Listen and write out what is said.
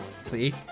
See